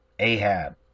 Ahab